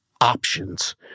options